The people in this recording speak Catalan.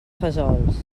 fesols